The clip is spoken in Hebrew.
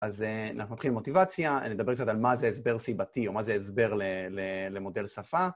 אז אנחנו נתחיל עם מוטיבציה, נדבר קצת על מה זה הסבר סיבתי או מה זה הסבר למודל שפה.